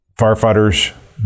firefighters